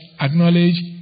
acknowledge